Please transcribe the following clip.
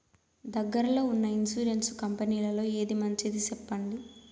దగ్గర లో ఉన్న ఇన్సూరెన్సు కంపెనీలలో ఏది మంచిది? సెప్పండి?